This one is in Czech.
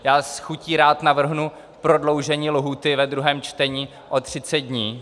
Já s chutí rád navrhnu prodloužení lhůty ve druhém čtení o 30 dní.